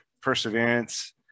perseverance